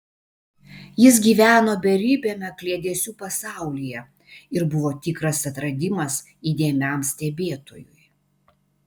jis gyveno beribiame kliedesių pasaulyje ir buvo tikras atradimas įdėmiam stebėtojui